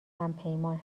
همپیمان